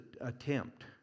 attempt